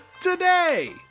today